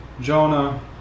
Jonah